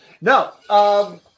No